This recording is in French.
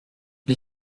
les